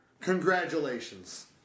Congratulations